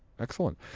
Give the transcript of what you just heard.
Excellent